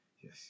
Yes